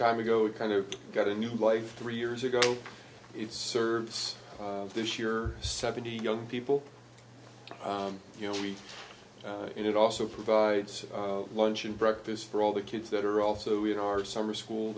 time ago it kind of got a new life three years ago its service this year seventy young people you know we and it also provides lunch and breakfast for all the kids that are also in our summer school